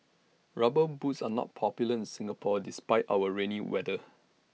rubber boots are not popular in Singapore despite our rainy weather